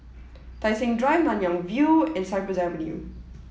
Tai Seng Drive Nanyang View and Cypress Avenue